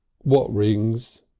what rings?